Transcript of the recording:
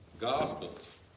gospels